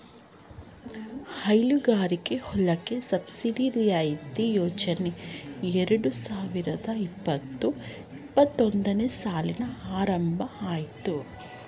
ಹೈನುಗಾರಿಕೆ ಹೊಲಕ್ಕೆ ಸಬ್ಸಿಡಿ ರಿಯಾಯಿತಿ ಯೋಜನೆ ಎರಡು ಸಾವಿರದ ಇಪ್ಪತು ಇಪ್ಪತ್ತೊಂದನೇ ಸಾಲಿನಲ್ಲಿ ಆರಂಭ ಅಯ್ತು